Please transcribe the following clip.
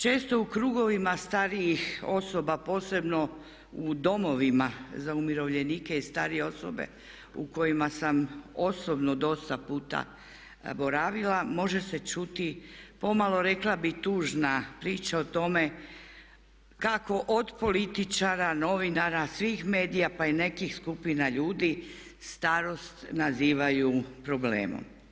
Često u krugovima starijih osoba, posebno u domovima za umirovljenike i starije osobe u kojima sam osobno dosta puta boravila može se čuti pomalo rekla bih tužna priča o tome kako od političara, novinara, svih medija pa i nekih skupina ljudi starost nazivaju problemom.